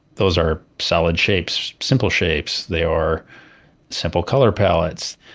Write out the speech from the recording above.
those are solid shapes, simple shapes. they are simple color palettes.